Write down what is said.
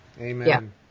Amen